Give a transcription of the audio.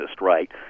right